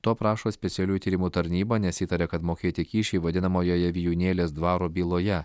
to prašo specialiųjų tyrimų tarnyba nes įtaria kad mokėti kyšiai vadinamojoje vijūnėlės dvaro byloje